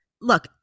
look